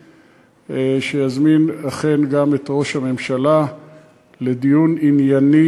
שיזמין גם את ראש הממשלה לדיון ענייני,